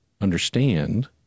understand